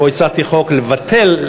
הצעתי חוק לבטל,